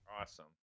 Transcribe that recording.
Awesome